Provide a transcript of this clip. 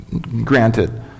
granted